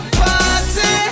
party